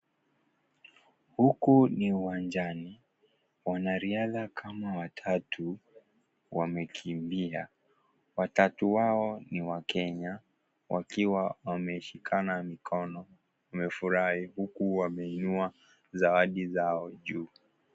Huku ni uwanjani, wanariadha kama watatu wamekimbia. Watatu hawa ni wakenya. Wakiwa wameshikana mikono, wamefurahia huku wameinua zawadi zao juu.